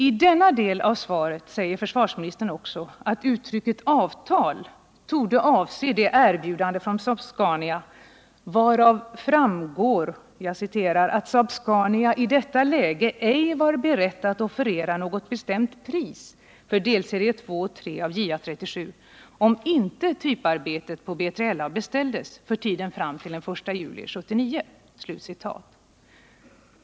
I den del av svaret som gäller den här saken säger försvarsministern också att uttrycket ”avtal” torde avse det erbjudande från Saab-Scania varav ”framgår att Saab-Scania i detta läge ej var berett att offerera något bestämt pris för delserie 2 och 3 av JA 37 om inte typarbete på B3LA beställdes för tiden fram till den 1 juli 1979”.